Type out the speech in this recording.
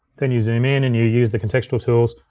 then you zoom in and you use the contextual tools.